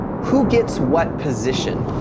who gets what position?